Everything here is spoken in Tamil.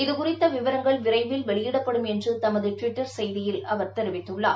இதுகுறித்த விவரங்கள் விரைவில் வெளியிடப்படும் என்று ட்விட்டர் செய்தியில் அவர் தெரிவித்குள்ளார்